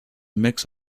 mix